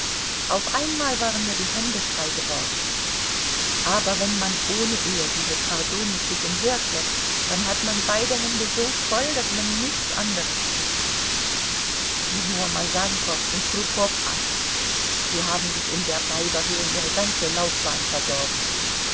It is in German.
auf einmal waren mir die hände frei geworden aber wenn man ohne ehe dieses fardeau mit sich umherschleppt dann hat man beide hände so voll daß man nichts anderes tun kann sieh nur masankow und krupow an sie haben sich um der weiber willen ihre ganze laufbahn verdorben